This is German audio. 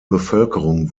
bevölkerung